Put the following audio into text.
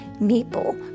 maple